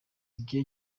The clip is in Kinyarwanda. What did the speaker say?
igihe